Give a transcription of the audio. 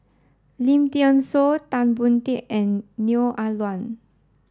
Lim Thean Soo Tan Boon Teik and Neo Ah Luan